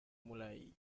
mulai